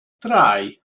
drei